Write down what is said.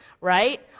right